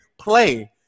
play